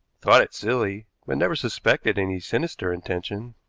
thought it silly, but never suspected any sinister intention.